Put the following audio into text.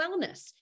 wellness